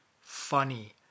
funny